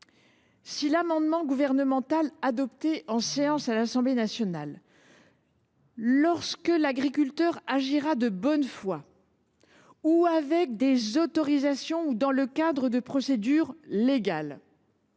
de l’amendement gouvernemental adopté en séance à l’Assemblée nationale, lorsque l’agriculteur agira de bonne foi ou avec des autorisations dans le cadre de procédures légales